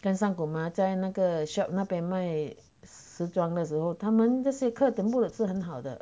跟三口吗在那个 shop 那边卖时装的时候他们这些客的目的字很好的